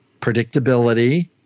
predictability